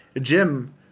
Jim